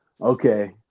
okay